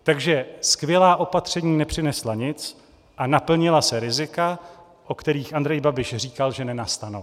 Takže skvělá opatření nepřinesla nic a naplnila se rizika, o kterých Andrej Babiš říkal, že nenastanou.